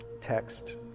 text